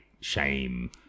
shame